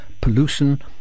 pollution